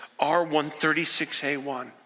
R136A1